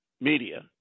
media